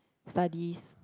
studies